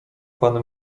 pan